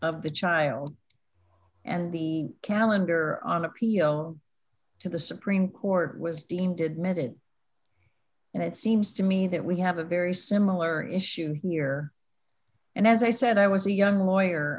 of the child and the calendar on appeal to the supreme court was deemed admitted and it seems to me that we have a very similar issue here and as i said i was a young lawyer